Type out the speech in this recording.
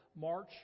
march